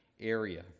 area